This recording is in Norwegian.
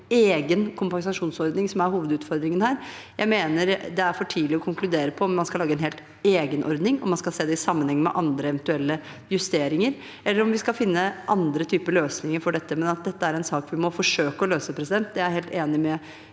«egen kompensasjonsordning» som er hovedutfordringen her. Jeg mener det er for tidlig å konkludere på om man skal lage en helt egen ordning, om man skal se det i sammenheng med andre eventuelle justeringer, eller om vi skal finne andre typer løsninger for det. Men at dette er en sak vi må forsøke å løse, er jeg helt enig med